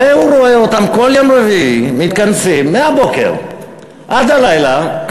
והוא רואה אותם כל יום רביעי מתכנסים מהבוקר עד הלילה,